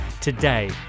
Today